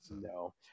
no